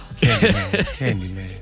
Candyman